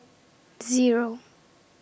Zero